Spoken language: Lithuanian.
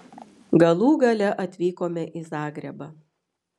galų gale atvykome į zagrebą